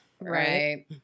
Right